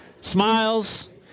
smiles